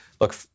look